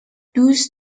دوست